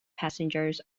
passengers